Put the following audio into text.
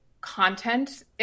content